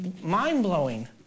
mind-blowing